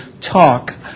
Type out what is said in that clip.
talk